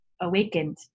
awakened